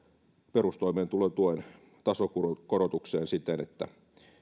perustoimeentulotuen tasokorotukseen siten että